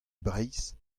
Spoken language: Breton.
breizh